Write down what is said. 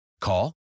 Call